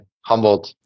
Humbled